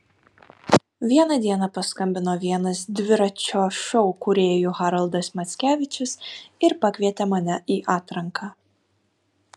vieną dieną paskambino vienas dviračio šou kūrėjų haroldas mackevičius ir pakvietė mane į atranką